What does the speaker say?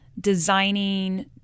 designing